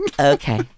Okay